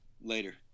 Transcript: Later